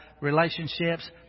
relationships